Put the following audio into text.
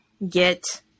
Get